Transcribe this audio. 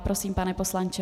Prosím, pane poslanče.